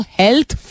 health